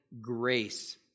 grace